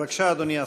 בבקשה, אדוני השר.